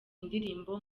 indirimbo